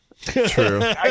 True